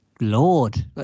Lord